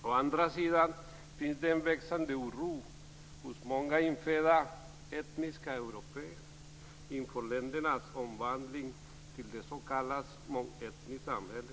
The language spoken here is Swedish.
Å andra sidan finns det en växande oro hos många infödda "etniska européer" inför ländernas omvandling till det som kallas ett mångetniskt samhälle.